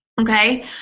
Okay